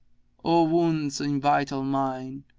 o wounds in vitals mine!